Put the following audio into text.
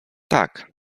tak